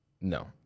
No